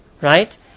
right